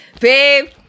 Babe